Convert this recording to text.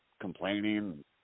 complaining